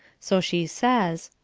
so she says